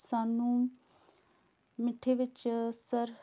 ਸਾਨੂੰ ਮਿੱਠੇ ਵਿੱਚ ਸਰ